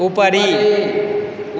उपरि